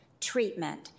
treatment